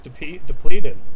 depleted